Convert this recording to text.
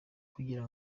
kugira